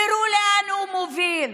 תראו לאן הוא מוביל.